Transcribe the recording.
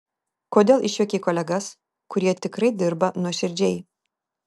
kodėl išjuokei kolegas kurie tikrai dirba nuoširdžiai